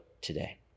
today